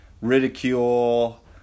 ridicule